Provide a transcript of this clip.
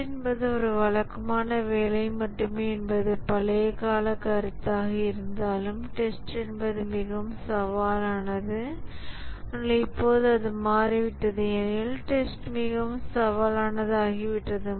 test என்பது ஒரு வழக்கமான வேலை மட்டுமே என்பது பழைய காலக் கருத்தாக இருந்தாலும் டெஸ்ட் என்பது மிகவும் சவாலானது ஆனால் இப்போது அது மாறிவிட்டது ஏனெனில் டெஸ்ட் மிகவும் சவாலானதாகிவிட்டது